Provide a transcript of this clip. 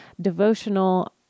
devotional